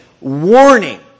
Warning